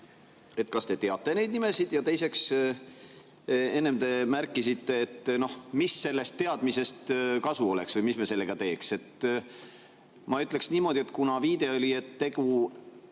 Kas te teate neid nimesid? Ja teiseks, enne te märkisite, et mis sellest teadmisest kasu oleks või mis me sellega teeks. Ma ütleksin niimoodi, et kuna viide oli, et tegu